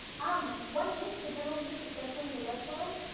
um one tip for general use, especially in the web world?